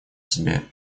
себе